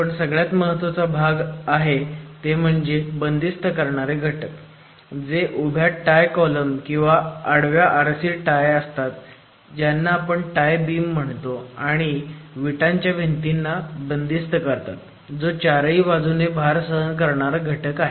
पण सगळ्यात महत्वाचा भाग आहेत ते म्हणजे बंदिस्त करणारे घटक जे उभे टाय कॉलम किंवा आडव्या RC टाय असतात ज्यांना आपण टाय बीम म्हणतो आणि ते विटांच्या भिंतीला बंदिस्त करतात जो चारही बाजूने भार सहन करणारा घटक आहे